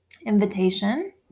invitation